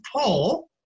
Paul